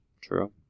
True